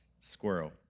squirrel